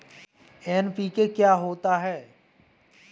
NPK क्या होता है?